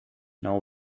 now